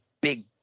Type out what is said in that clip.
big